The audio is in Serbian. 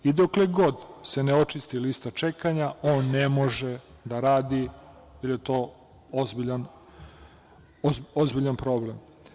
Dokle god se ne očisti lista čekanja, on ne može da radi, jer je to ozbiljan problem.